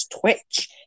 Twitch